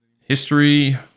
history